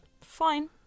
Fine